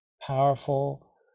powerful